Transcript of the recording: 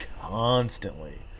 constantly